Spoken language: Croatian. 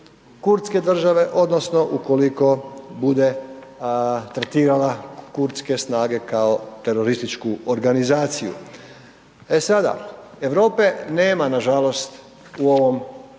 kurdske države odnosno ukoliko bude tretirala kurdske snage kao terorističku organizaciju. E sada, Europe nema nažalost u ovom